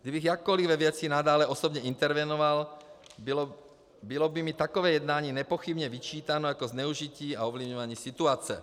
Kdybych jakkoliv ve věci nadále osobně intervenoval, bylo by mi takové jednání nepochybně vyčítáno jako zneužití a ovlivňování situace.